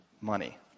money